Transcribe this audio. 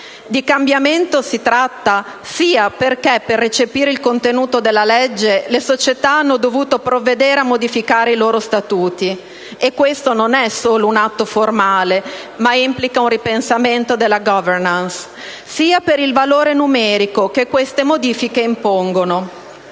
Di cambiamento si tratta sia perché per recepire il contenuto della legge le società hanno dovuto provvedere a modificare i loro statuti (e questo non è solo un atto formale, ma implica un ripensamento della *governance*), sia per il valore numerico che queste modifiche impongono.